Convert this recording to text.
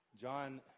John